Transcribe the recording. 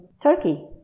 Turkey